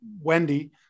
Wendy